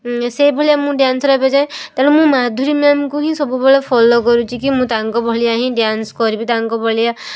ସେଇ ଭଳିଆ ମୁଁ ଡ୍ୟାନ୍ସର୍ ହେବାକୁ ଚାହେଁ ତେଣୁ ମୁଁ ମାଧୁରୀ ମ୍ୟାମ୍ଙ୍କୁ ହିଁ ସବୁବେଳେ ଫଲୋ କରୁଛି କି ମୁଁ ତାଙ୍କ ଭଳିଆ ହିଁ ଡ୍ୟାନ୍ସ କରିବି ତାଙ୍କ ଭଳିଆ